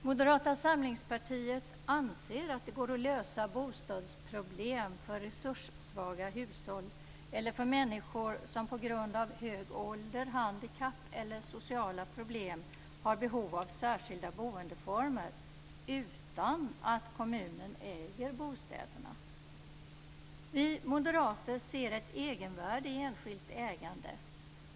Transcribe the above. Moderata samlingspartiet anser att det går att lösa bostadsproblem för resurssvaga hushåll eller för människor som på grund av hög ålder, handikapp eller sociala problem har behov av särskilda boendeformer utan att kommunen äger bostäderna. Vi moderater ser ett egenvärde i enskilt ägande.